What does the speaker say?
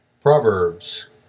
Proverbs